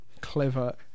clever